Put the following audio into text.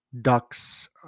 Ducks